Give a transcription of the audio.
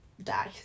die